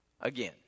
again